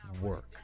work